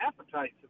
appetites